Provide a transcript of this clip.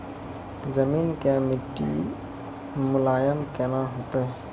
जमीन के मिट्टी मुलायम केना होतै?